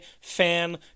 fan